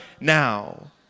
now